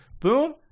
boom